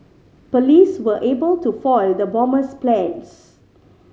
police were able to foil the bomber's plans